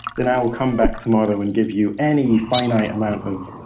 then i will come back tomorrow and give you any finite amount of